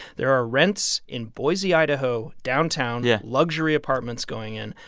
there are rents in boise, idaho, downtown yeah luxury apartments going in,